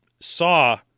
saw